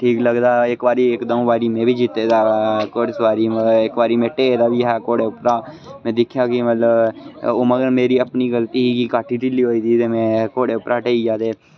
ठीक लगदा इक बारी इक द'ऊं बारी में बी जित्ते दा घुड़ सुआरी इक बारी में ढेह् दा बी आं घोड़े उप्परा दिक्खेआ कि मतलब ओह् मगर मेरी अपनी गलती ही काट्ठी ढिल्ली होई दी ते में घोड़े उप्परा ढेई गेआ तां